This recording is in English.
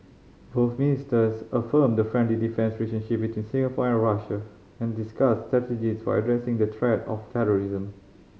both ministers affirmed the friendly defence relationship between Singapore and Russia and discussed strategy for addressing the threat of terrorism